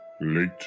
late